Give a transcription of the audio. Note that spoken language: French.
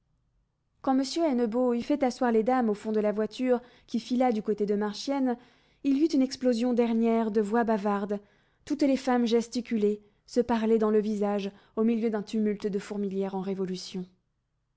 quand m hennebeau eut fait asseoir les dames au fond de la voiture qui fila du côté de marchiennes il y eut une explosion dernière de voix bavardes toutes les femmes gesticulaient se parlaient dans le visage au milieu d'un tumulte de fourmilière en révolution